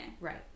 Right